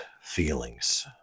feelings